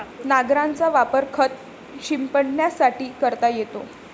नांगराचा वापर खत शिंपडण्यासाठी करता येतो